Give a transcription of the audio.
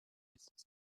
suspicious